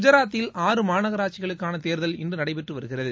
குஜராத்தில் ஆறு மாநகராட்சிகளுக்கான தேர்தல் இன்று நடைபெற்று வருகிறது